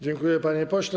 Dziękuję, panie pośle.